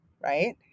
Right